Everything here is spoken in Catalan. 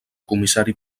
comissari